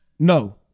No